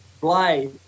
blade